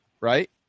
right